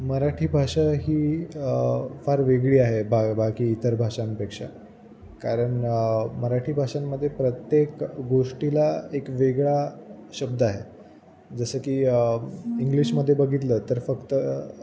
मराठी भाषा ही फार वेगळी आहे बा बाकी इतर भाषांपेक्षा कारण मराठी भाषेमध्ये प्रत्येक गोष्टीला एक वेगळा शब्द आहे जसं की इंग्लिशमध्ये बघितलं तर फक्त